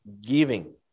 giving